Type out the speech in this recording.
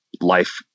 life